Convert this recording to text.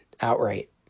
outright